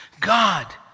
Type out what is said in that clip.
God